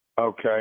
Okay